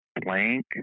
Blank